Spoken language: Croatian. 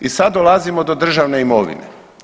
I sad dolazimo do državne imovine.